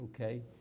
okay